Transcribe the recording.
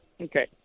okay